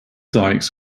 dykes